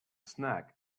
snack